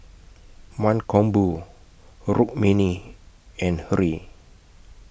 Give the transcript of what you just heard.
Mankombu Rukmini and Hri